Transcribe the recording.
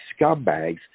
scumbags